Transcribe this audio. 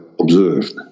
observed